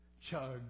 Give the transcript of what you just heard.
Chug